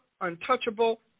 untouchable